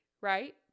Right